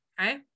Okay